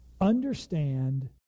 Understand